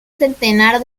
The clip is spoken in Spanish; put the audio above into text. centenar